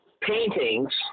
paintings